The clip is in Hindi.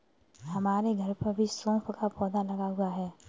हमारे घर पर भी सौंफ का पौधा लगा हुआ है